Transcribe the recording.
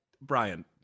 Brian